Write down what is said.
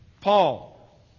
Paul